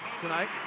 tonight